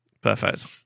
Perfect